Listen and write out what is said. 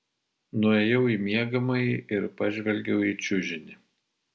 nuėjau į miegamąjį ir pažvelgiau į čiužinį